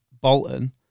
Bolton